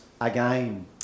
again